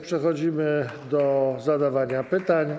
Przechodzimy do zadawania pytań.